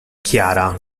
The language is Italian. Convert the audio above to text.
chiara